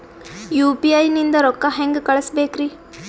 UPI ನಿಂದ ರೊಕ್ಕ ಹೆಂಗ ಕಳಸಬೇಕ್ರಿ?